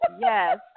Yes